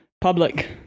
Public